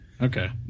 Okay